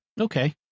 Okay